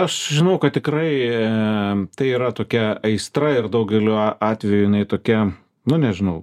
aš žinau kad tikrai tai yra tokia aistra ir daugeliu atveju jinai tokia nu nežinau